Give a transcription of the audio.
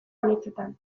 anitzetan